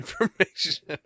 information